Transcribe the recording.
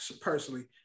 personally